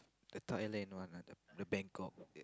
the Thailand one lah the the Bangkok